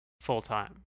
full-time